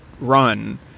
run